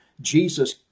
Jesus